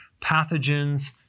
pathogens